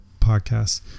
podcasts